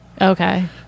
okay